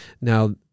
Now